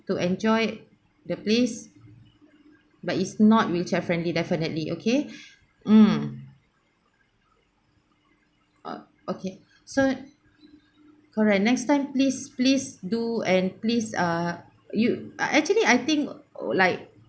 to enjoy the place but it's not wheelchair friendly definitely okay mm ah okay so correct next time please please do and please err you ah actually I think like